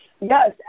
Yes